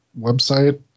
website